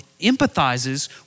empathizes